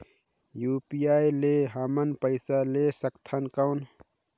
UPI ले हमन पइसा ले सकथन कौन?